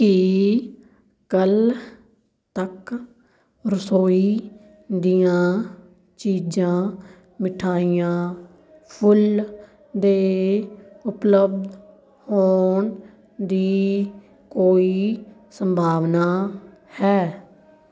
ਕੀ ਕੱਲ੍ਹ ਤੱਕ ਰਸੋਈ ਦੀਆਂ ਚੀਜ਼ਾਂ ਮਿਠਾਈਆਂ ਫੁੱਲ ਦੇ ਉਪਲੱਬਧ ਹੋਣ ਦੀ ਕੋਈ ਸੰਭਾਵਨਾ ਹੈ